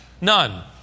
none